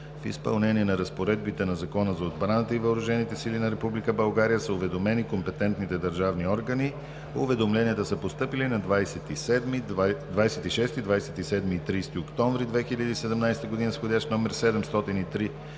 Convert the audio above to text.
В изпълнение на разпоредбите на Закона за отбраната и въоръжените сили на Република България са уведомени компетентните държавни органи. Уведомленията са постъпили на 26, 27 и 30 октомври 2017 г. с входящи номера